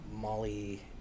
molly